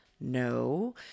No